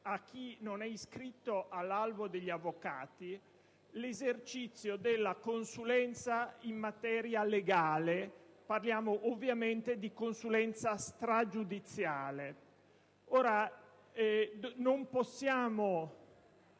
a chi non è iscritto all'albo degli avvocati l'esercizio della consulenza in materia legale (parliamo ovviamente di consulenza stragiudiziale). Noi non possiamo